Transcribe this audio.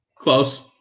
Close